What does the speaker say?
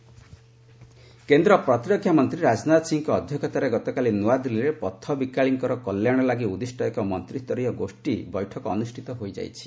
ରାଜନାଥ ସିଂହ କିଓଏମ୍ ମିଟିଂ କେନ୍ଦ୍ର ପ୍ରତିରକ୍ଷା ମନ୍ତ୍ରୀ ରାଜନାଥ ସିଂହଙ୍କ ଅଧ୍ୟକ୍ଷତାରେ ଗତକାଲି ନୂଆଦିଲ୍ଲୀରେ ପଥ ବିକାଳୀଙ୍କର କଲ୍ୟାଣ ଲାଗି ଉଦ୍ଦିଷ୍ଟ ଏକ ମନ୍ତ୍ରିସରୀୟ ଗୋଷ୍ଠୀ ବୈଠକ ଅନୁଷ୍ଠିତ ହୋଇଯାଇଛି